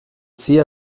sehr